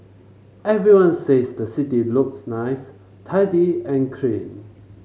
everyone says the city looks nice tidy and clean